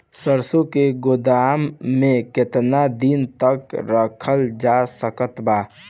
सरसों के गोदाम में केतना दिन तक रखल जा सकत बा?